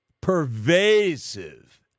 pervasive